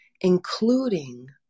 including